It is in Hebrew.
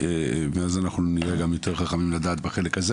ואז אנחנו נהיה גם יותר חכמים לדעת בחלק הזה.